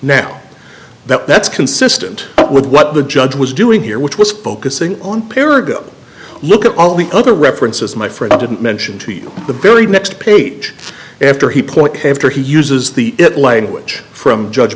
now that that's consistent with what the judge was doing here which was focusing on pair or go look at all the other references my friend didn't mention to you the very next page after he point after he uses the it language from judge